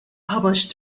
published